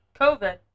COVID